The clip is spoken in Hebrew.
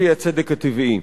לפי הצדק הטבעי.